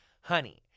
Honey